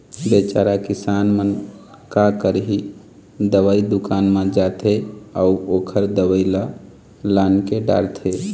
बिचारा किसान मन का करही, दवई दुकान म जाथे अउ ओखर दवई ल लानके डारथे